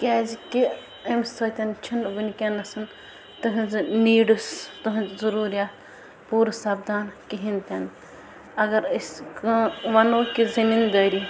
تَکیٛازِ کہِ اَمہِ سۭتۍ چھُنہٕ ونکٮ۪نس تہنٛزٕ نیٖڈس تہنٛز ضُرورِیات پورٕ سپدان کِہینۍ تہِ نہٕ اگر أسۍ کٲ ونو کہِ زٔمیٖن دٲری